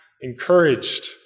encouraged